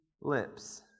lips